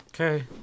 Okay